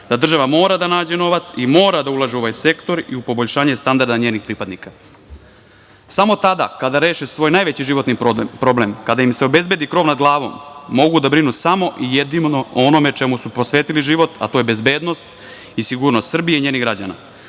da država mora da nađe novac i mora da ulaže u ovaj sektor i u poboljšanje standarda njenih pripadnika. Samo tada kada reše svoj najveći životni problem, kada im se obezbedi krov nad glavom, mogu da brinu samo i jedino o onome čemu su posvetili život, a to je bezbednost i sigurnost Srbije i njenih